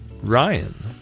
Ryan